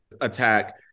attack